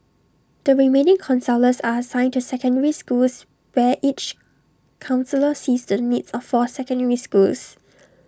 the remaining counsellors are assigned to secondary schools where each counsellor sees to the needs of four secondary schools